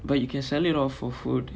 but you can sell it off for food